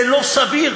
זה לא סביר